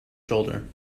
shoulder